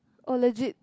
oh legit